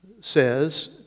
says